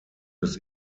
des